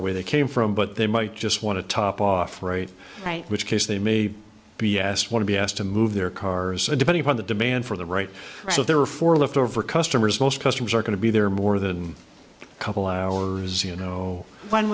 away they came from but they might just want to top off right by which case they may be asked want to be asked to move their cars and depending on the demand for the right so there are four left over customers most customers are going to be there more than a couple hours you know